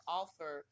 offer